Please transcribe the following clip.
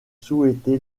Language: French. souhaité